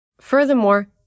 Furthermore